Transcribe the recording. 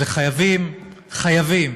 חייבים